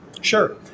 Sure